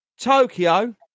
Tokyo